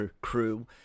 crew